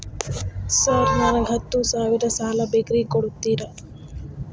Sir ನನಗ ಹತ್ತು ಸಾವಿರ ಸಾಲ ಬೇಕ್ರಿ ಕೊಡುತ್ತೇರಾ?